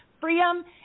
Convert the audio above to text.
freedom